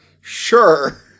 Sure